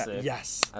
yes